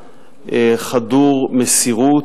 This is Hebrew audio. חדור מסירות,